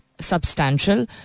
substantial